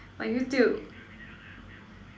my YouTube